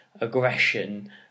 aggression